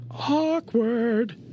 awkward